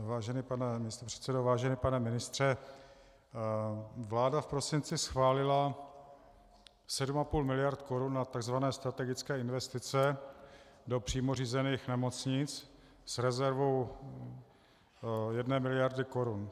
Vážený pane místopředsedo, vážený pane ministře, vláda v prosinci schválila 7,5 miliardy korun na tzv. strategické investice do přímo řízených nemocnic s rezervou jedné miliardy korun.